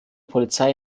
polizei